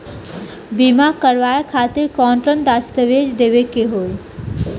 बीमा करवाए खातिर कौन कौन दस्तावेज़ देवे के होई?